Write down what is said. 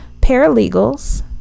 paralegals